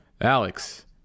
Alex